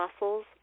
muscles